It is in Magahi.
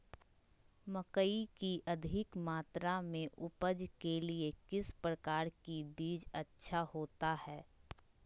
मकई की अधिक मात्रा में उपज के लिए किस प्रकार की बीज अच्छा होता है?